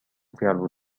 فعل